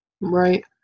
Right